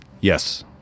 yes